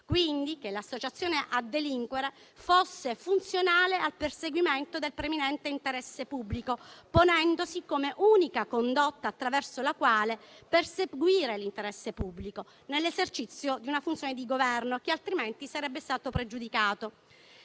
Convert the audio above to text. quindi, che l'associazione a delinquere fosse funzionale al perseguimento del preminente interesse pubblico, ponendosi come unica condotta attraverso la quale perseguire l'interesse pubblico nell'esercizio di una funzione di Governo, che altrimenti sarebbe stato pregiudicato.